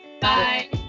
Bye